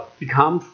become